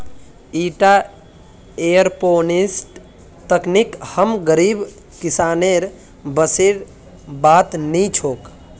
ईटा एयरोपोनिक्स तकनीक हम गरीब किसानेर बसेर बात नी छोक